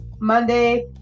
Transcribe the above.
Monday